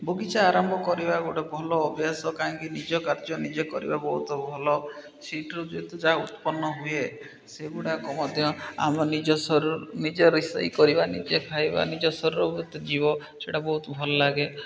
ବଗିଚା ଆରମ୍ଭ କରିବା ଗୋଟେ ଭଲ ଅଭ୍ୟାସ କାହିଁକି ନିଜ କାର୍ଯ୍ୟ ନିଜେ କରିବା ବହୁତ ଭଲ ସେଇଠିରୁ ଯେହେତୁ ଯାହା ଉତ୍ପନ୍ନ ହୁଏ ସେଗୁଡ଼ାକ ମଧ୍ୟ ଆମେ ନିଜ ଶରୀର ନିଜେ ରୋଷେଇ କରିବା ନିଜେ ଖାଇବା ନିଜ ଶରୀରକୁ ମୋତେ ଯିବ ସେଟା ବହୁତ ଭଲ ଲାଗେ